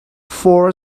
for